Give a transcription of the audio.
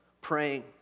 praying